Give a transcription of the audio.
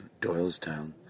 Doylestown